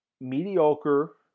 mediocre